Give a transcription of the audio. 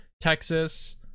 Texas